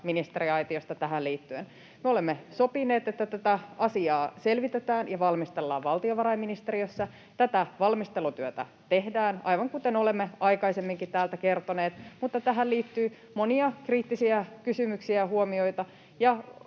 ministeriaitiosta tähän liittyen: Me olemme sopineet, että tätä asiaa selvitetään ja valmistellaan valtiovarainministeriössä, tätä valmistelutyötä tehdään, aivan kuten olemme aikaisemminkin täältä kertoneet, mutta tähän liittyy monia kriittisiä kysymyksiä ja huomioita,